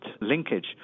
linkage